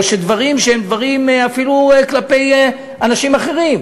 או דברים שהם דברים אפילו כלפי אנשים אחרים,